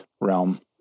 realm